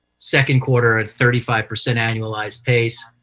second quarter at thirty five percent annualized pace,